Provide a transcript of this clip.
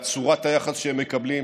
צורת היחס שהם מקבלים,